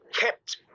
kept